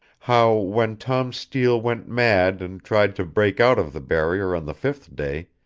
how when tom steele went mad and tried to break out of the barrier on the fifth day,